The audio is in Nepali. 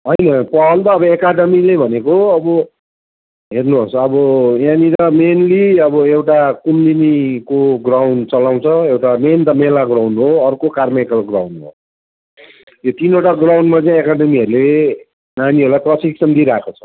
होइन फर्म त अब एकाडमीले भनेको अब हेर्नुहोस् अब यहाँनिर मेनली अब एउटा कुमुदिनीको ग्राउन्ड चलाउँछ एउटा मेन त मेला ग्राउन्ड हो अर्को कार्मेकर ग्राउन्ड हो यो तिनवटा ग्राउन्डमा चाहिँ एकाडमीहरूले नानीहरूलाई प्रशिक्षण दिइरहेको छ